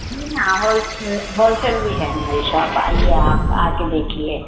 جی ہاں wholesale wholesale بھی ہے ہماری شاپ آئیے آپ آ کے دیکھیے